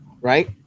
right